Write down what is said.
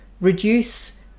Reduce